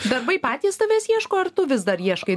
darbai patys tavęs ieško ar tu vis dar ieškai